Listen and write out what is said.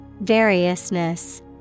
variousness